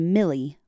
Millie